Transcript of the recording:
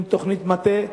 עם תוכנית מטה,